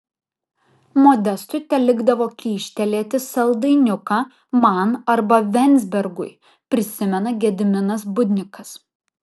modestui telikdavo kyštelėti saldainiuką man arba venzbergui prisimena gediminas budnikas